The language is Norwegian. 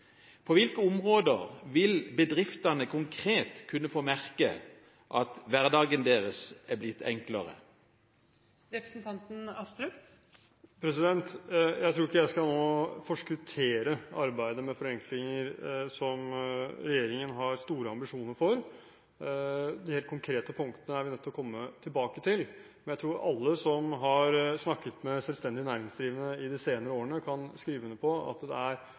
På hvilke områder vil bedriftene konkret kunne få merke at hverdagen deres er blitt enklere? Jeg tror ikke jeg nå skal forskuttere arbeidet med forenklinger, som regjeringen har store ambisjoner for. De helt konkrete punktene er vi nødt til å komme tilbake til. Men jeg tror alle som har snakket med selvstendig næringsdrivende i de senere årene, kan skrive under på at det